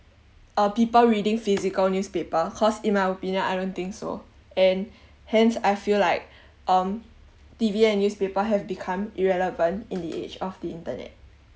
uh people reading physical newspaper cause in my opinion I don't think so and hence I feel like um T_V and newspaper have become irrelevant in the age of the internet